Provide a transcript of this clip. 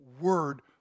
word